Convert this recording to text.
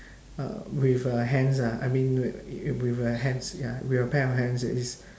uh with a hands ah I mean wi~ with a hands ya with a pair of hands it is